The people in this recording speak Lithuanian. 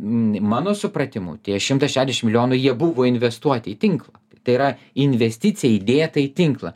mano supratimu tie šimtas šešiasdešimt milijonų jie buvo investuoti į tinklą tai yra investicija įdėta į tinklą